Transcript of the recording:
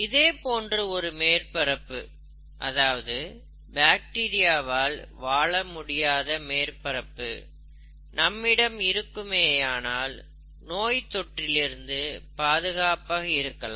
இதே போன்று ஒரு மேற்பரப்பு அதாவது பாக்டீரியாவால் வாழ முடியாத மேற்பரப்பு நம்மிடம் இருக்குமேயானால் நோய் தொற்றிலிருந்து பாதுகாப்பாக இருக்கலாம்